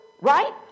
right